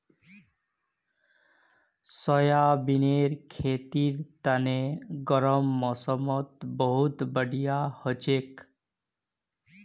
सोयाबीनेर खेतीर तने गर्म मौसमत बहुत बढ़िया हछेक